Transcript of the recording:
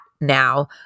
now